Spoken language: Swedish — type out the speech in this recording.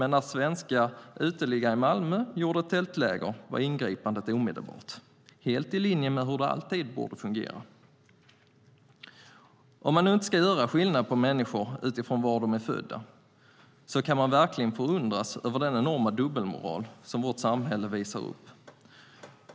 När svenska uteliggare i Malmö gjorde ett tältläger var dock ingripandet omedelbart, helt i linje med hur det alltid borde fungera. Om man nu inte ska göra skillnad på människor utifrån var de är födda kan man verkligen förundras över den enorma dubbelmoral som vårt samhälle visar upp.